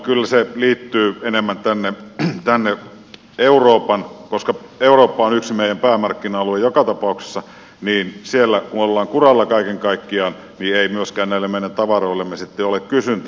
kyllä se liittyy enemmän eurooppaan koska eurooppa on yksi meidän päämarkkina alueistamme joka tapauksessa ja siellä kun ollaan kuralla kaiken kaikkiaan niin ei myöskään näille meidän tavaroillemme sitten ole kysyntää